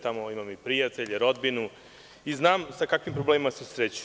Tamo imam i prijatelje, rodbinu i znam sa kakvim problemima se susreću.